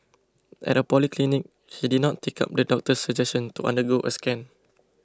at a polyclinic he did not take up the doctor's suggestion to undergo a scan